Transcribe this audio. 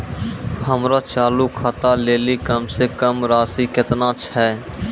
हमरो चालू खाता लेली कम से कम राशि केतना छै?